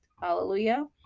Hallelujah